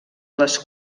les